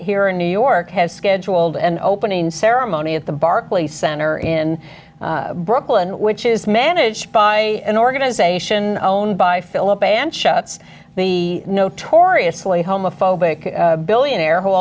here in new york has scheduled an opening ceremony at the barclay center in brooklyn which is managed by an organization own by philip anschutz the notoriously homophobic billionaire who